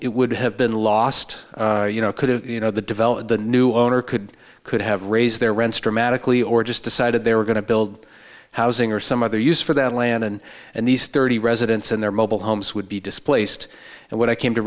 it would have been lost you know could have you know the develop the new owner could could have raised their rents dramatically or just decided they were going to build housing or some other use for that land and and these thirty residents and their mobile homes would be displaced and what i came to